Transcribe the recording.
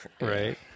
Right